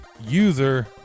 user